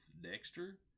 Dexter